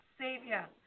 savior